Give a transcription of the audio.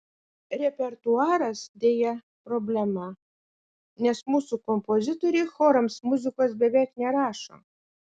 repertuaras deja problema nes mūsų kompozitoriai chorams muzikos beveik nerašo